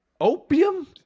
Opium